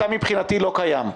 אתה מבחינתי לא קיים.